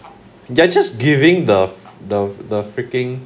you're just giving the freaking